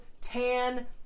tan